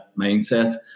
mindset